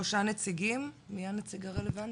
מי הנציג הרלוונטי?